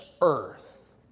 earth